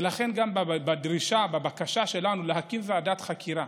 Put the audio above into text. ולכן, גם בדרישה, בבקשה שלנו, להקים ועדת חקירה